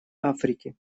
африки